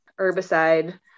herbicide